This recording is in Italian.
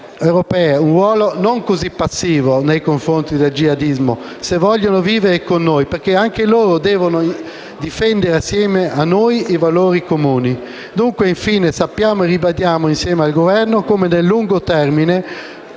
europee un ruolo non così passivo nei confronti del jihadismo, se vogliono vivere con noi, perché anche loro devono difendere assieme a noi i valori comuni. Sappiamo, infine, e ribadiamo, insieme al Governo, come nel lungo termine